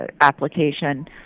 application